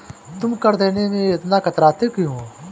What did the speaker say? तुम कर देने में इतना कतराते क्यूँ हो?